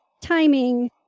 timing